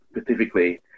specifically